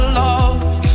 love